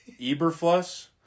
Eberfluss